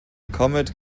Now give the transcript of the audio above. comet